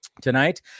tonight